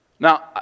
Now